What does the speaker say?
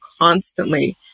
constantly